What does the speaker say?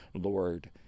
Lord